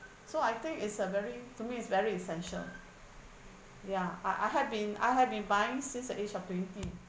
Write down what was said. so I think it's a very to me is very essential ya I I had been I had been buying since the age of twenty